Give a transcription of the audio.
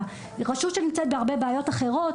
רשות שנמצאת בהרבה בעיות אחרות,